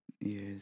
Yes